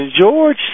George